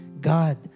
God